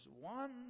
one